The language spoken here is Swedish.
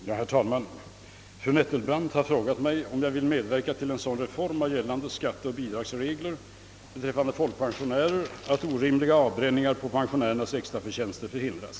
Herr talman! Fru Nettelbrandt har frågat mig om jag vill medverka till en sådan reform av gällande skatteoch bidragsregler beträffande folkpensionärer att orimliga avbränningar på pensionärernas extraförtjänster förhindras.